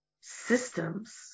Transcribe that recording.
systems